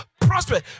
prosper